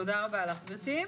תודה רבה לך, גברתי.